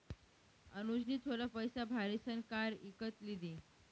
अनुजनी थोडा पैसा भारीसन कार इकत लिदी